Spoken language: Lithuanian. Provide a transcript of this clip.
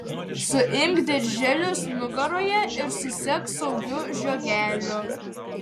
suimk dirželius nugaroje ir susek saugiu žiogeliu